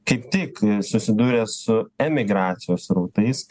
kaip tik susidūrė su emigracijos srautais